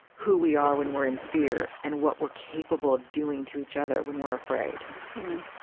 who we are when we're in fear and what we're capable of doing to each other when we're afraid right.